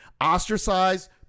ostracized